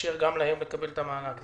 לאפשר גם להם לקבל את המענק.